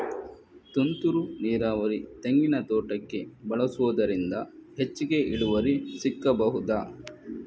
ತುಂತುರು ನೀರಾವರಿ ತೆಂಗಿನ ತೋಟಕ್ಕೆ ಬಳಸುವುದರಿಂದ ಹೆಚ್ಚಿಗೆ ಇಳುವರಿ ಸಿಕ್ಕಬಹುದ?